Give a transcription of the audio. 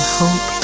hope